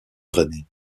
drainé